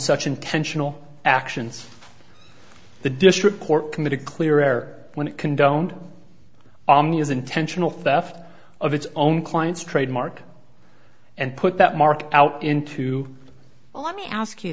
such intentional actions the district court committed clear air when it condoned on the as intentional theft of its own client's trademark and put that mark out into the well let me ask you